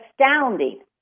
astounding